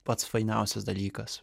pats fainiausias dalykas